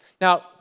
Now